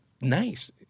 nice